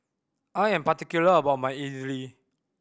I am particular about my idly